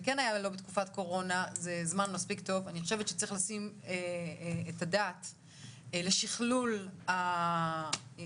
אני פותחת את הדיון באיחור,